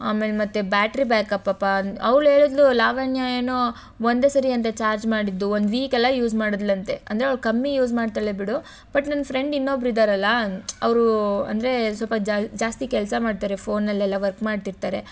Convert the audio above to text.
ಆಮೇಲೆ ಮತ್ತೆ ಬ್ಯಾಟ್ರಿ ಬ್ಯಾಕಪ್ಪಪ್ಪಾ ಅವ್ಳು ಹೇಳದ್ಲು ಲಾವಣ್ಯ ಏನೋ ಒಂದೇ ಸರಿ ಅಂತೆ ಚಾರ್ಜ್ ಮಾಡಿದ್ದು ಒಂದು ವೀಕೆಲ್ಲ ಯೂಸ್ ಮಾಡಿದ್ಳು ಅಂತೆ ಅಂದರೆ ಅವ್ಳು ಕಮ್ಮಿ ಯೂಸ್ ಮಾಡ್ತಾಳೆ ಬಿಡು ಬಟ್ ನನ್ನ ಫ್ರೆಂಡ್ ಇನ್ನೊಬ್ರು ಇದ್ದಾರಲ್ಲಾ ಅವ್ರು ಅಂದರೆ ಸ್ವಲ್ಪ ಜಾಸ್ತಿ ಕೆಲಸ ಮಾಡ್ತಾರೆ ಫೋನಲ್ಲೆಲ್ಲ ವರ್ಕ್ ಮಾಡ್ತಿರ್ತಾರೆ